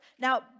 Now